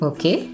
Okay